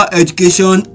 education